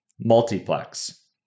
Multiplex